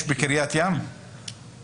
יש בקריית ים מקומות כאלה?